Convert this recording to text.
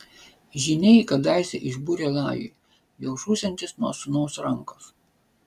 žyniai kadaise išbūrė lajui jog žūsiantis nuo sūnaus rankos